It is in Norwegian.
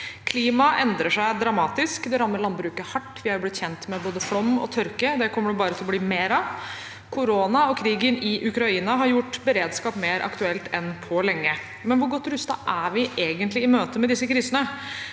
Klimaet endrer seg dramatisk. Det rammer landbruket hardt. Vi er blitt kjent med både flom og tørke, og det kommer det bare til å bli mer av. Korona og krigen i Ukraina har gjort beredskap mer aktuelt enn på lenge. Hvor godt rustet er vi egentlig i møte med disse krisene?